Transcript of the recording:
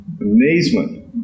Amazement